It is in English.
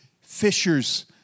fishers